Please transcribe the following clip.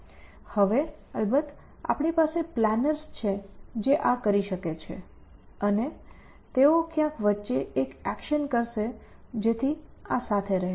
હવે અલબત્ત આપણી પાસે પ્લાનર્સ છે જે આ કરી શકે છે અને તેઓ ક્યાંક વચ્ચે એક એક્શન કરશે જેથી આ સાથે રહે